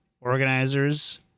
organizers